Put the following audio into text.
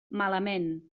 malament